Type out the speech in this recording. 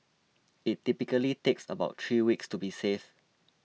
it typically takes about three weeks to be safe